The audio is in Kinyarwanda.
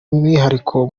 umwihariko